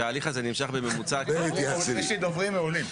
שההליך הזה נמשך בממוצע --- יש לי דוברים מעולים.